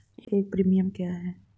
एक प्रीमियम क्या है?